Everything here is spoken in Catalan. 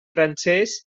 francès